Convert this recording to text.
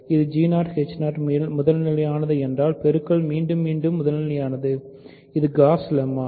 இது முதல்நிலையானது என்றால் பெருக்கல் மீண்டும் முதல்நிலையானது இது காஸ் லெம்மா